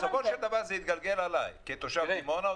בסופו של דבר זה יתגלגל עליי כתושב דימונה.